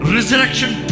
Resurrection